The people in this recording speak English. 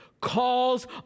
calls